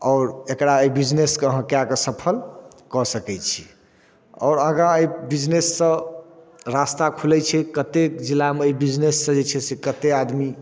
आओर एकरा अइ बिजनेसके अहाँ कए कऽ सफल कऽ सकै छी आओर आगाँ अइ बिजनेससँ रास्ता खुलै छै कतेक जिलामे अइ बिजनेससँ जे छै कत्ते आदमी